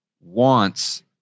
wants